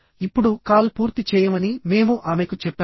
ఇప్పుడు కాల్ పూర్తి చేయమని మేము ఆమెకు చెప్పాము